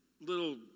little